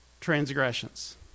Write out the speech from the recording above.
transgressions